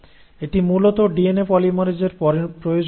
এটি মূলত ডিএনএ পলিমারেজের প্রয়োজনীয়তা